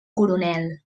coronel